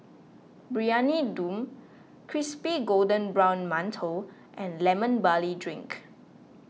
Briyani Dum Crispy Golden Brown Mantou and Lemon Barley Drink